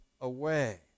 away